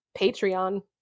Patreon